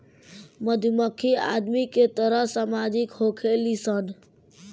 मधुमक्खी आदमी के तरह सामाजिक होखेली सन